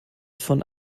von